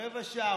רבע שעה.